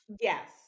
yes